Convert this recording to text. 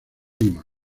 lima